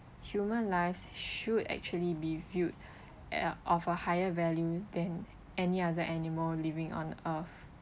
human lives should actually be viewed at of a higher value than any other animals living on earth